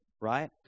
Right